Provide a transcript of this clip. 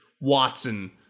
Watson